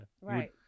right